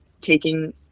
taking